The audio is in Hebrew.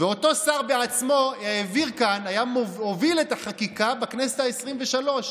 ואותו שר בעצמו הוביל את החקיקה בכנסת העשרים-ושלוש.